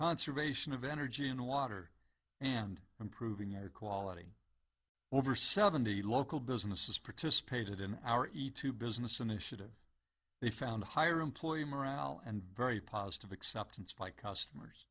conservation of energy and water and improving air quality over seventy local businesses participated in our eat to business initiative they found higher employee morale and very positive acceptance by customers